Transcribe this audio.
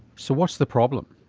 so what's the problem?